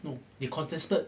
they contested